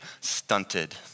stunted